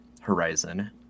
horizon